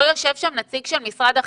לא יושב שם נציג של משרד החינוך?